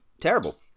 terrible